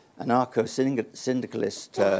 anarcho-syndicalist